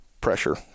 pressure